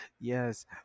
yes